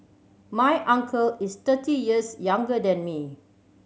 my uncle is thirty years younger than me